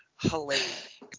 hilarious